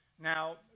Now